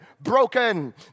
broken